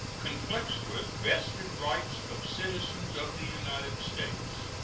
conflicts with vested rights of citizens of the united states.